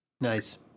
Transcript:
Nice